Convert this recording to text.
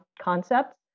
concepts